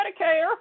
Medicare